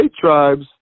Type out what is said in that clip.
tribes